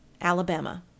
Alabama